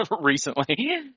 recently